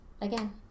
again